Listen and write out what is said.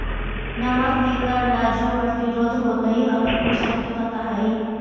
नमक के कर ला जो प्रतिरोध होलई हल उ सबके पता हई